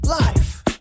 life